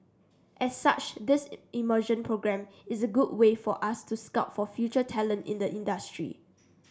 as such this immersion programme is a good way for us to scout for future talent in the industry